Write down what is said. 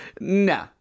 No